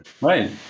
Right